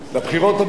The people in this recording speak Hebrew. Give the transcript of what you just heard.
בבחירות הבאות,